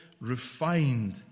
refined